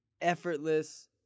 effortless